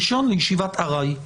רישיון לישיבת ארעי.